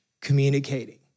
communicating